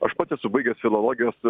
aš pats esu baigęs filologijos